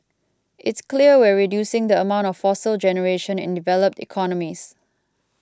it's clear we're reducing the amount of fossil generation in developed economies